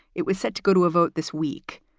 it was set to go to a vote this week.